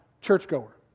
churchgoer